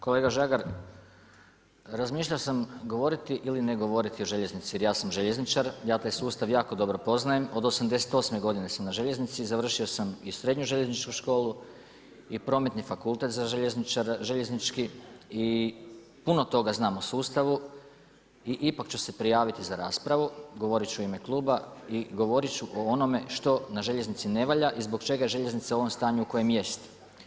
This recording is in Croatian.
Kolega Žagar, razmišljao sam govoriti ili ne govoriti o željeznici jer ja sam željezničar, ja taj sustav jako dobro poznajem od '88. godine sam na željeznici, završio sam i Srednju željezničku školu i Prometni fakultet željeznički i puno toga znam o sustavu i ipak ću se prijaviti za raspravu, govorit ću ime kluba i govorit ću o onome što na željeznici ne valja i zbog čega je željeznica u ovom stanju u kojem jest.